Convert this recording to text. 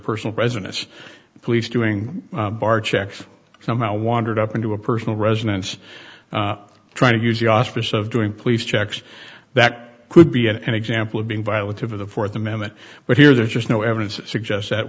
personal residence the police doing bar checks somehow wandered up into a personal residence trying to use the auspices of doing police checks that could be and example of being violent of the fourth amendment but here there's just no evidence to suggest that